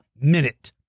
minute